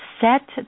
set